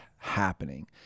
happening